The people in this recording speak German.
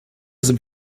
sind